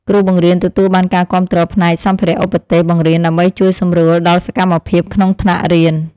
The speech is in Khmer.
គ្រូបង្រៀនទទួលបានការគាំទ្រផ្នែកសម្ភារៈឧបទេសបង្រៀនដើម្បីជួយសម្រួលដល់សកម្មភាពក្នុងថ្នាក់រៀន។